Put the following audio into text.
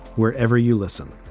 wherever you listen,